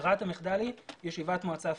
ברירת המחדל היא ישיבת מועצה פיזית.